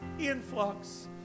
influx